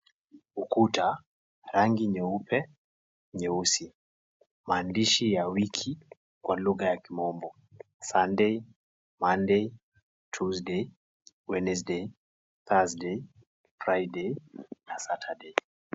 Ukuta, rangi nyeupe, nyeusi. Maandishi ya wiki kwa lugha ya kimombo. Sunday, Munday, Teusday, Wednesday, Thursday, Friday , na Saturday .